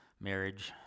marriage